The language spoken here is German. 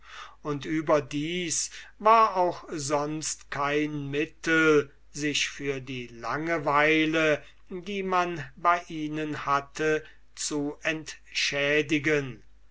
und überdies war auch sonst kein mittel sich für die langeweile die man bei ihnen hatte zu entschädigen